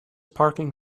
parking